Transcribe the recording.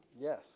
Yes